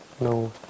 no